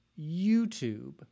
YouTube